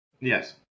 Yes